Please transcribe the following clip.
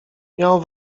miał